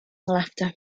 laughter